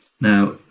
Now